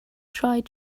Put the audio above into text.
tried